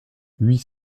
huit